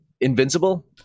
Invincible